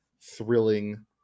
thrilling